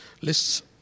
Lists